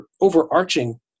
overarching